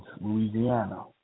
Louisiana